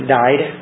died